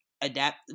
adapt